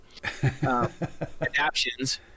adaptions